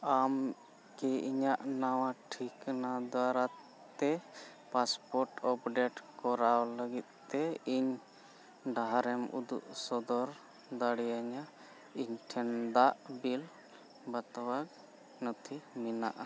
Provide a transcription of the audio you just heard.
ᱟᱢ ᱠᱤ ᱤᱧᱟᱹᱜ ᱱᱟᱣᱟ ᱴᱷᱤᱠᱟᱱᱟ ᱫᱟᱨᱟᱭᱛᱮ ᱯᱟᱥᱯᱳᱨᱴ ᱟᱯᱰᱮᱴ ᱠᱚᱨᱟᱣ ᱞᱟᱹᱜᱤᱫᱛᱮ ᱤᱧ ᱰᱟᱦᱟᱨᱮᱢ ᱩᱫᱩᱜ ᱥᱚᱫᱚᱨ ᱫᱟᱲᱮᱭᱟᱹᱧᱟ ᱤᱧᱴᱷᱮᱱ ᱫᱟᱜ ᱵᱤᱞ ᱵᱟᱛᱟᱣᱟᱜ ᱱᱚᱛᱷᱤ ᱢᱮᱱᱟᱜᱼᱟ